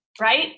right